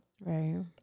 Right